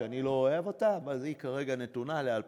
שאני לא אוהב אותה, אבל היא כרגע נתונה ל-2015.